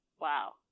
wow